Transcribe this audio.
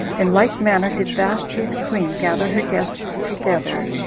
in like manner did vashti the queen gather her guests together,